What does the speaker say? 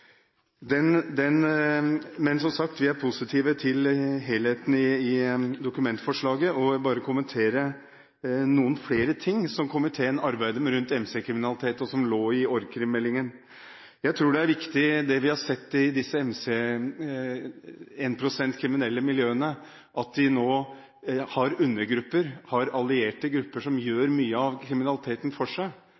den merknaden de har gått inn i, og måten de har sortert forslagene på. Men vi er som sagt positive til helheten i dokumentforslaget. Jeg vil bare kommentere noe mer som komiteen arbeider med rundt MC-kriminalitet, og som lå i meldingen om organisert kriminalitet. Jeg tror det er viktig, det vi har sett i disse kriminelle énprosent MC-miljøene, at de nå har undergrupper – allierte grupper